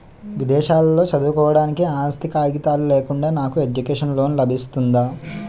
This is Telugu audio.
విదేశాలలో చదువుకోవడానికి ఆస్తి కాగితాలు లేకుండా నాకు ఎడ్యుకేషన్ లోన్ లబిస్తుందా?